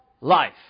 life